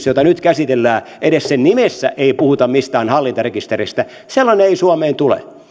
jota nyt käsitellään nimessä ei puhuta mistään hallintarekisteristä sellainen ei suomeen tule